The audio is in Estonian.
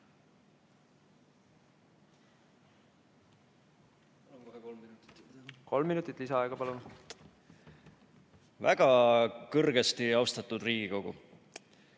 Kolm minutit lisaaega. Väga kõrgesti austatud Riigikogu!